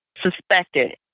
suspected